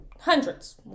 Hundreds